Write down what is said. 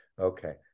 Okay